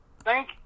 Thank